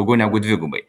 daugiau negu dvigubai